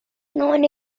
known